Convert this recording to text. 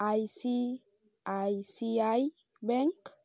I C I C I bank